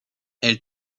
elle